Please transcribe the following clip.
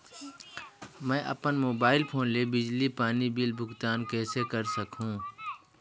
मैं अपन mobile phone ले बिजली पानी बिल भुगतान कइसे कर सकहुं?